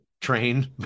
train